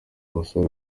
umusore